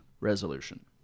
resolution